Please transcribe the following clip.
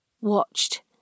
watched